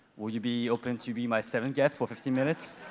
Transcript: will you be open to be my seventh guest for fifteen minutes?